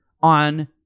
on